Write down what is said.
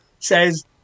Says